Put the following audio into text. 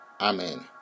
Amen